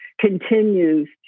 continues